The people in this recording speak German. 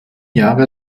jahre